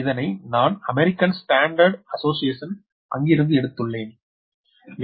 இதனை நான் American standard association அங்கிருந்து எடுத்துள்ளேன்